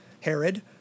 Herod